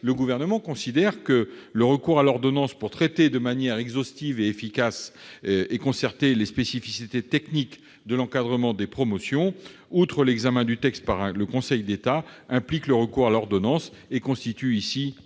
Le Gouvernement considère que le traitement de manière exhaustive, efficace et concertée des spécificités techniques de l'encadrement des promotions, outre l'examen du texte par le Conseil d'État, implique le recours à une ordonnance, ce qui constitue un